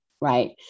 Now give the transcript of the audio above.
right